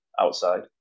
outside